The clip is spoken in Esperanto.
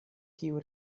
kiu